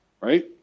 Right